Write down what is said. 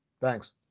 Thanks